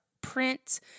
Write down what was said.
Print